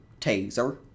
TASER